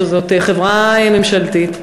שזאת חברה ממשלתית.